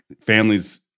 families